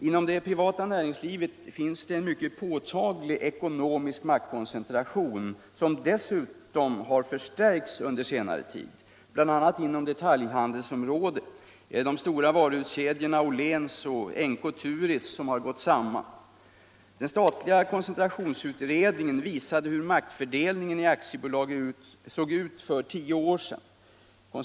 Inom det privata näringslivet finns en mycket påtaglig ekonomisk maktkoncentration, som dessutom har förstärkts under senare tid, bl.a. inom detaljhandelsområdet, där de stora varuhuskedjorna Åhléns och NK-Turitz har gått samman. Den statliga koncentrationsutredningen, visade hur maktfördelningen i aktiebolagen såg ut för tio år sedan.